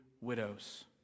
widows